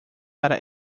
para